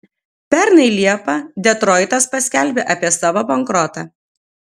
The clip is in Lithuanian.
pernai liepą detroitas paskelbė apie savo bankrotą